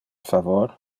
favor